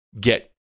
get